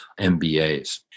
MBAs